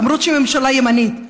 למרות שהיא ממשלה ימנית,